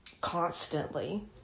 constantly